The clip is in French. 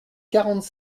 quarante